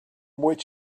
which